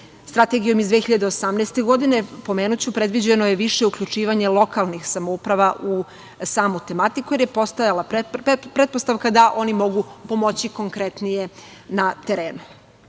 Strategijom iz 2018. godine pomenuću, predviđeno je više uključivanje lokalnih samouprava u samu tematiku jer je postojala pretpostavka da oni mogu pomoći konkretne na terenu.